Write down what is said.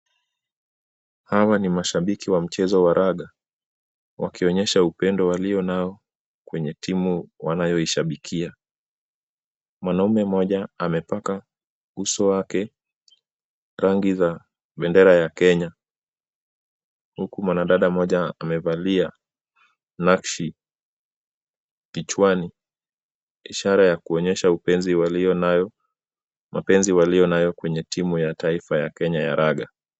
Hawa ni mashabiki wa mchezo wa raga wakionyesha upendo walio nayo kwenye timu wanayoishabikia. Mwanaume mmoja amepaka uso wake rangi za bendera ya Kenya, huku mwanadada mmoja amevalia nakshi kichwani ishara ya kuonyesha mapenzi walio nayo kwenye timu ya taifa ya Kenya ya raga.